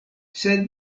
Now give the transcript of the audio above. sed